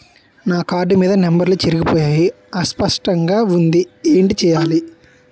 నా కార్డ్ మీద నంబర్లు చెరిగిపోయాయి అస్పష్టంగా వుంది ఏంటి చేయాలి?